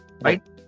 Right